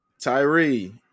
Tyree